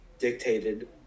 dictated